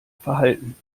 verhalten